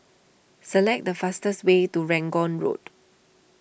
select the fastest way to Rangoon Road